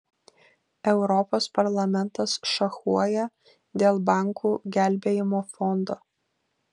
europos parlamentas šachuoja dėl bankų gelbėjimo fondo